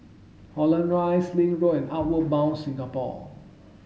Holland Rise Link Road and Outward Bound Singapore